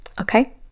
okay